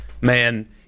man